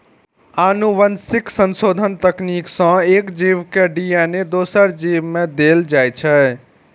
आनुवंशिक संशोधन तकनीक सं एक जीव के डी.एन.ए दोसर जीव मे देल जाइ छै